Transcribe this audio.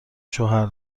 شوهر